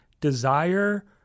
desire